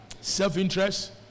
self-interest